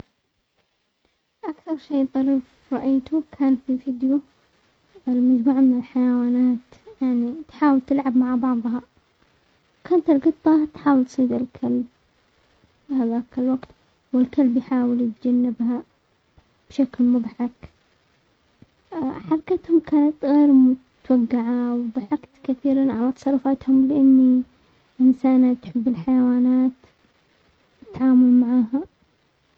اكثر شيء طريف رأيته كان في فيديو لمجموعة من الحيوانات، يعني تحاول تلعب مع بعضها، كانت القطة تحاول تصيد الكلب هذاك الوقت، والكلب يحاول يتجنبها بشكل مضحك، حلقتهم كانت غير متوقعة وضحكت كثيرا على تصرفاتهم، لاني انسانة تحب الحيوانات التعامل معاها.